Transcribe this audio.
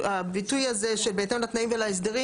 הביטוי הזה של בהתאם לתנאים ולהסדרים